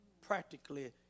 practically